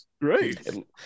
great